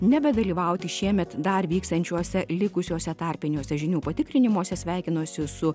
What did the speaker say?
nebedalyvauti šiemet dar vyksiančiuose likusiuose tarpiniuose žinių patikrinimuose sveikinuosi su